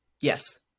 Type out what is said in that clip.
Yes